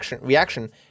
reaction